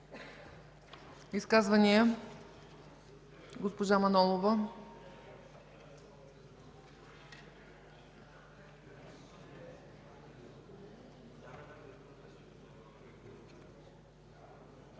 Изказвания? Госпожа Манолова.